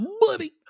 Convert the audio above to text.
buddy